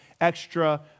extra